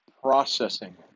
processing